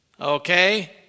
Okay